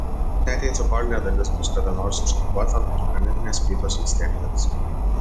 net jei cokolinė dalis bus kada nors užtinkuota granitinės plytos vis tiek liks